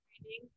training